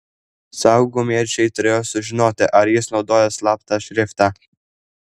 saugumiečiai turėjo sužinoti ar jis naudoja slaptą šriftą